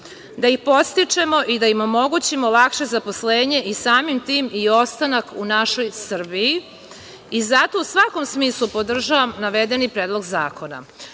da ih podstičemo i da im omogućimo lakše zaposlenje i samim tim i ostanak u našoj Srbiji. Zato u svakom smislu podržavam navedeni predlog